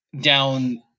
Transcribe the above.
down